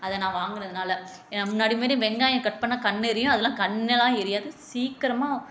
அது நான் வாங்கினதுனால் ஏன்னா முன்னாடி மாதிரி வெங்காயம் கட் பண்ணிணா கண் எரியும் அதெலாம் கண்ணெலாம் எரியாது சீக்கிரமா